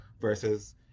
versus